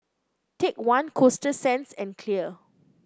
Take One Coasta Sands and Clear